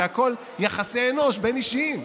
זה הכול יחסי אנוש בין-אישיים.